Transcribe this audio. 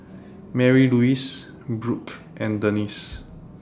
Marylouise Brooke and Denise